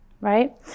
right